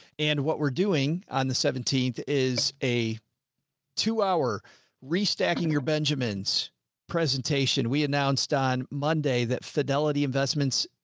and what we're doing on the seventeenth is a two hour restacking. your benjamin's presentation. we announced on monday that fidelity investments.